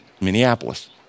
Minneapolis